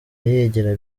yigira